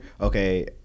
Okay